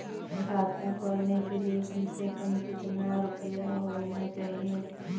खाता खोलने के लिए कम से कम कितना रूपए होने चाहिए?